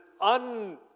un